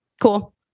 cool